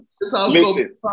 listen